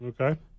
Okay